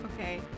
Okay